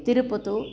Tirupati